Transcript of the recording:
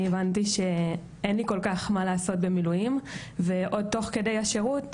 אני הבנתי שאין לי כל כך מה לעשות במילואים ועוד תוך כדי השירות,